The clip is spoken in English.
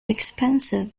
expensive